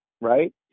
right